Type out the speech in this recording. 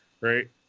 right